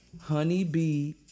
Honeybee